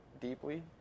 deeply